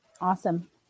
Awesome